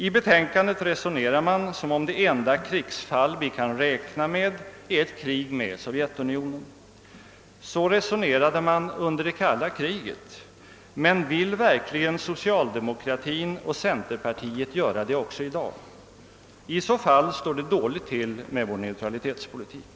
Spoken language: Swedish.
I utlåtandet resonerar man som om det enda krigsfall vi kan räkna med är ett krig mot Sovjetunionen. Så resonerade man under det kalla kriget, men vill verkligen socialdemokraterna och centerpartiet göra det också i dag? I så fall står det dåligt till med vår neutralitetspolitik.